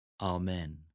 Amen